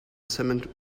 cement